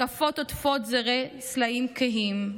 // רקפות עוטפות זרי סלעים כהים,